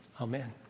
Amen